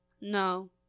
no